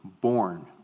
born